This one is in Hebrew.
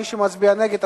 מי שמצביע נגד,